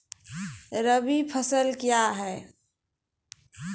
रबी फसल क्या हैं?